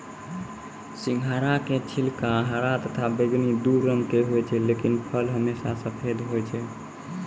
सिंघाड़ा के छिलका हरा तथा बैगनी दू रंग के होय छै लेकिन फल हमेशा सफेद होय छै